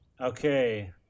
Okay